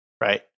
right